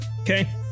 Okay